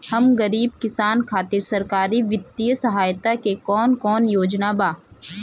हम गरीब किसान खातिर सरकारी बितिय सहायता के कवन कवन योजना बा?